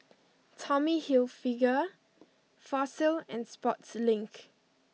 Tommy Hilfiger Fossil and Sportslink